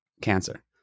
cancer